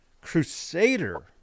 crusader